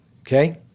Okay